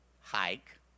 hike